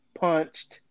punched